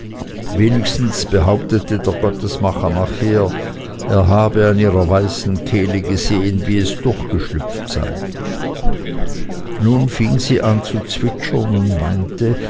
wenigstens behauptete der gottesmacher nachher er habe an ihrer weißen kehle gesehen wie es durchgeschlüpft sei nun fing sie an zu zwitschern und meinte